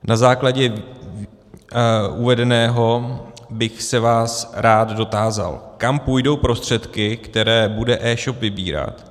Na základě uvedeného bych se vás rád dotázal: Kam půjdou prostředky, které bude eshop vybírat?